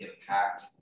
impact